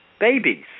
babies